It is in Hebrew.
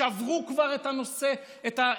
שכבר עברו את הקורונה.